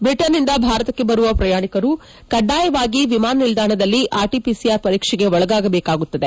ಬ್ರಿಟನ್ನಿಂದ ಭಾರತಕ್ಕೆ ಬರುವ ಪ್ರಯಾಣಿಕರು ಕಡ್ಡಾಯವಾಗಿ ವಿಮಾನ ನಿಲ್ಲಾಣದಲ್ಲಿ ಆರ್ಟಿಪಿಸಿಆರ್ ಪರೀಕ್ಷೆಗೆ ಒಳಗಾಗಬೇಕಾಗುತ್ತದೆ